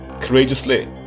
courageously